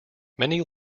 many